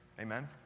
amen